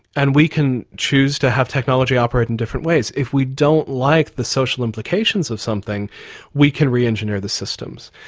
and we can choose to have technology operate in different ways. if we don't like the social implications of something we can re-engineer the systems.